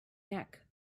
neck